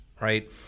Right